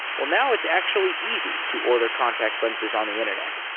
well, now it's actually easy to order contact lenses on the internet.